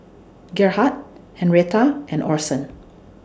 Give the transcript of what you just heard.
Gerhardt Henretta and Orson